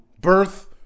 birth